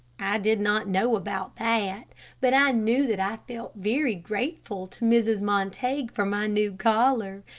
i did not know about that, but i knew that i felt very grateful to mrs. montague for my new collar,